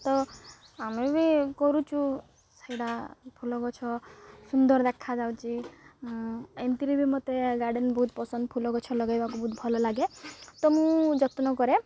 ତ ଆମେ ବି କରୁଛୁ ସେଇଟା ଫୁଲ ଗଛ ସୁନ୍ଦର ଦେଖାଯାଉଛି ଏମତିରେ ବି ମୋତେ ଗାର୍ଡ଼େନ୍ ବହୁତ ପସନ୍ଦ ଫୁଲ ଗଛ ଲଗେଇବାକୁ ବହୁତ ଭଲ ଲାଗେ ତ ମୁଁ ଯତ୍ନ କରେ